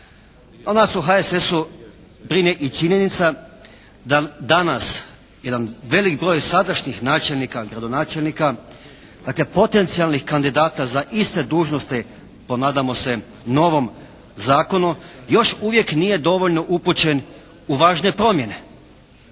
Nas u HSS-u brine i činjenica da danas jedan veliki broj sadašnjih načelnika, gradonačelnika, dakle potencijalnih kandidata za iste dužnosti, po nadamo se novom zakonu, još uvijek nije dovoljno upućen u važne promjene